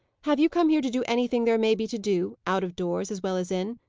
have you come here to do anything there may be to do out of doors as well as in?